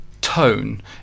tone